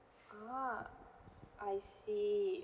ah I see